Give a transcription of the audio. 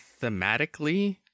thematically